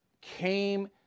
came